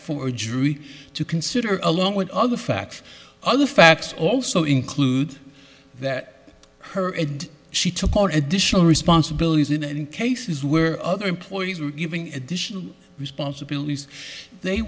for jury to consider along with all the facts other facts also include that her and she took or additional responsibilities in in cases were other employees were giving additional responsibilities they